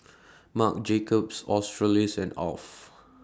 Marc Jacobs Australis and Alf